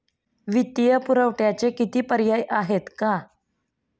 वित्तीय पुरवठ्याचे किती पर्याय आहेत का?